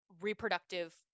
reproductive